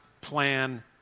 plan